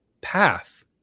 path